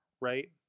right